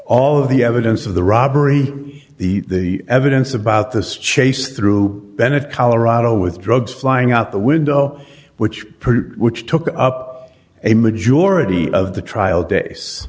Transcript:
all of the evidence of the robbery the evidence about this chase through bennett colorado with drugs flying out the window which which took up a majority of the trial days